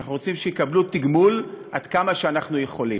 אנחנו רוצים שיקבלו תגמול עד כמה שאנחנו יכולים.